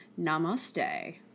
Namaste